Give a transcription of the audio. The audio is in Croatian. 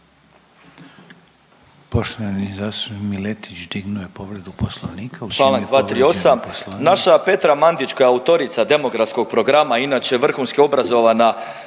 Poštovani zastupnik Miletić dignuo je povredu Poslovnika.